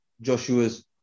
Joshua's